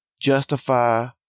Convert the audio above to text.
justify